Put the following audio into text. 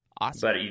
Awesome